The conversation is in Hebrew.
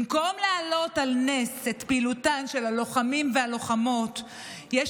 במקום להעלות על נס את פעילותם של הלוחמים והלוחמות יש